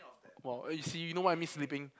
!wow! you see you know why I miss sleeping